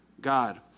God